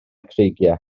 creigiau